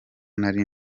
nari